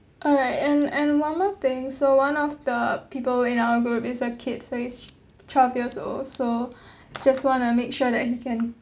alright and and one more thing so one of the people in our group is a kid so he's twelve years old so just want to make sure that he can